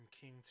king